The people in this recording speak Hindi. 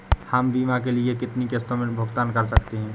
हम बीमा के लिए कितनी किश्तों में भुगतान कर सकते हैं?